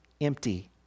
empty